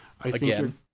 again